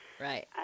Right